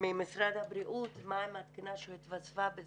ממשרד הבריאות מה עם התקינה שהתווספה?